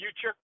future